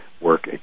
work